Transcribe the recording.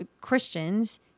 Christians